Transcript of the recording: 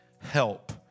help